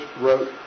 wrote